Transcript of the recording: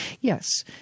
Yes